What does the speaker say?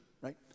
right